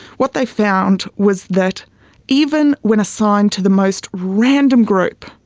what they found was that even when assigned to the most random group,